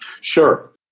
Sure